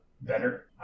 Better